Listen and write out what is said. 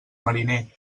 mariner